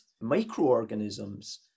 microorganisms